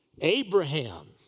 Abraham